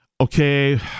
okay